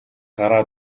гараа